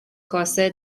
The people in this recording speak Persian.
کاسه